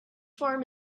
farm